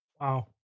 Wow